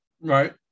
right